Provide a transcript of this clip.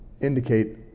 indicate